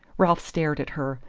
ralph stared at her.